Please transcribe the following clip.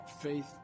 faith